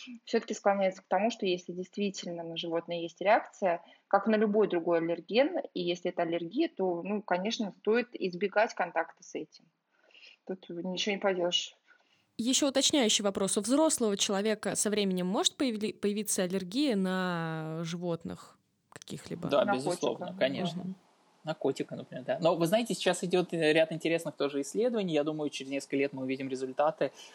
всё-таки склоняются к тому, что если действительно на животное есть реакция, как на любой другой аллерген, и если это аллергия, то, ну, конечно, стоит избегать контакта с этим. Тут ничего не поделаешь. Ещё уточняющий вопрос. У взрослого человека со временем может появли- появиться аллергия на животных каких-либо? Да, На безусловно, котика, конечно. да. На котика, например, да. Но вы знаете, сейчас идёт ряд интересных тоже исследований. Я думаю, через несколько лет мы увидим результаты.